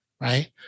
right